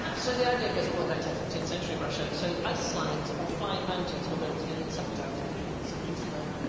so the idea goes all the way back to fifteenth century russia so ice slides or flying mountains were built in several towns, including so petersburg.